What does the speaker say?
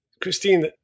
Christine